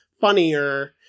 funnier